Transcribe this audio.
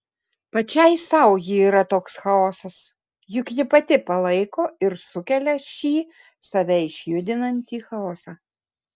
pačiai sau ji yra toks chaosas juk ji pati palaiko ir sukelia šį save išjudinantį chaosą